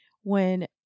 when-